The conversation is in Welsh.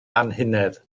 anhunedd